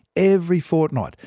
every fortnight,